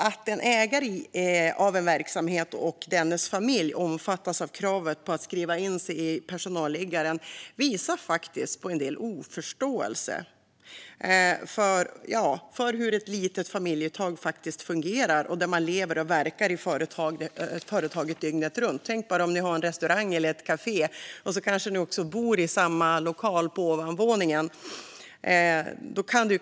Att en ägare av en verksamhet och dennes familj omfattas av kravet på att skriva in sig i personalliggaren visar på viss oförståelse för hur ett litet familjeföretag, där man lever och verkar i företaget dygnet runt, fungerar. Tänk er att ni har en restaurang eller ett kafé, och så kanske ni bor på ovanvåningen i samma lokal.